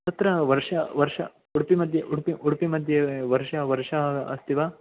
तत्र वर्ष वर्ष उडुपि मध्ये उडुपि उडुपि मध्ये वर्ष वर्ष अस्ति वा